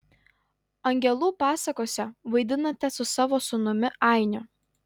angelų pasakose vaidinate su savo sūnumi ainiu